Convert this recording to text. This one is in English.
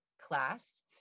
class